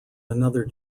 another